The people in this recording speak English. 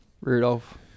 Rudolph